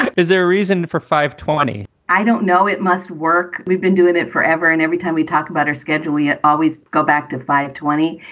is there a reason for five twenty? i don't know. it must work. we've been doing it forever and every time we talked about her schedule, we always go back to five twenty.